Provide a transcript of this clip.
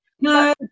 No